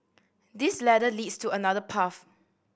this ladder leads to another path